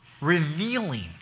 revealing